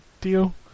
deal